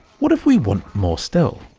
what if we want more still?